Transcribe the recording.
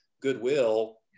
goodwill